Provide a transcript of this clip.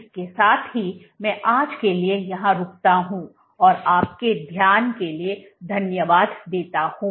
इसके साथ ही मैं आज के लिए यहां रुकता हूं और आपके ध्यान के लिए धन्यवाद देता हूं